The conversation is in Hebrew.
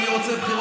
אני אומר לך,